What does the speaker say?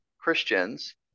Christians